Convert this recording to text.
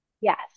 Yes